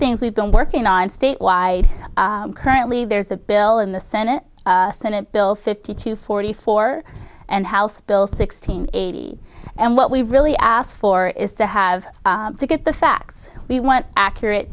things we've been working on statewide currently there's a bill in the senate senate bill fifty two forty four and house bill sixteen eighty and what we really asked for is to have to get the facts we want accurate